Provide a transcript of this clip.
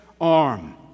arm